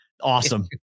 Awesome